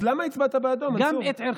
אז למה הצבעת בעדו, מנסור?